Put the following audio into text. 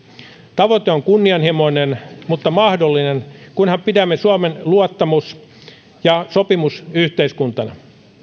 tavoite on kunnianhimoinen mutta mahdollinen kunhan pidämme suomen luottamus ja sopimusyhteiskuntana